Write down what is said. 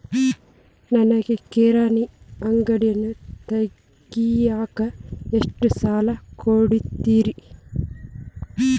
ನನಗ ಕಿರಾಣಿ ಅಂಗಡಿ ತಗಿಯಾಕ್ ಎಷ್ಟ ಸಾಲ ಕೊಡ್ತೇರಿ?